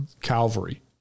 Calvary